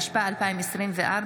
התשפ"ה 2024,